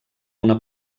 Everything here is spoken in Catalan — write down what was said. una